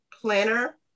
planner